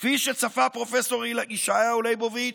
כפי שצפה פרופ' ישעיהו ליבוביץ'